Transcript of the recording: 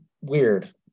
weird